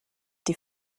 die